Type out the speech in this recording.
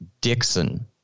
Dixon